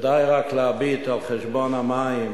די רק להביט על חשבון המים